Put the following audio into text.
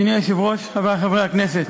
אדוני היושב-ראש, חברי חברי הכנסת,